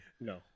no